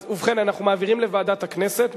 ובכן, אנחנו מעבירים לוועדת הכנסת.